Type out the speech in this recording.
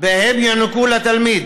שבהם יוענקו לתלמיד